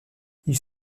ils